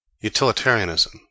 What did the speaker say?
Utilitarianism